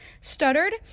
stuttered